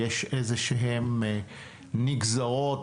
יש איזהשהם נגזרות,